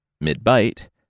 mid-bite